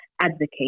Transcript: advocate